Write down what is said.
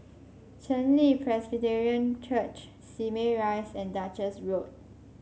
Chen Li Presbyterian Church Simei Rise and Duchess Road